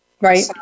Right